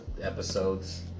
episodes